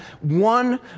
one